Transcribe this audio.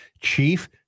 chief